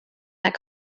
that